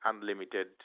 unlimited